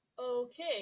Okay